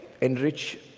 enrich